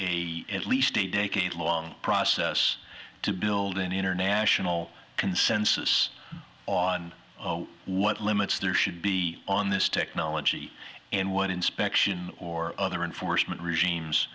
a at least a decade long process to build an international consensus on what limits there should be on this technology and what inspection or other enforcement regimes